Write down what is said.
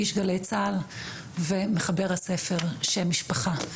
איש גלי צה"ל ומחבר הספר "שם משפחה",